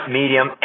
medium